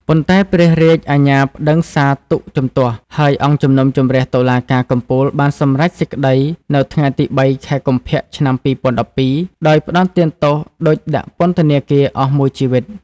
ប៉ុន្តែព្រះរាជអាជ្ញាប្តឹងសាទុក្ខជំទាស់ ហើយអង្គជំនុំជម្រះតុលាការកំពូលបានសម្រេចសេចក្តីនៅថ្ងៃទី៣ ខែកុម្ភៈ ឆ្នាំ២០១២ ដោយផ្តន្ទាទោសឌុចដាក់ពន្ធនាគារអស់មួយជីវិត។